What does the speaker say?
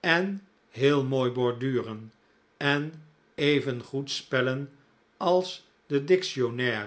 en heel mooi borduren en even goed spellen als de